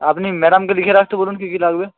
আপনি ম্যাডামকে লিখে রাখতে বলুন কী কী লাগবে